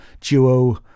duo